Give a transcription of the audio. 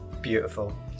Beautiful